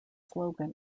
slogan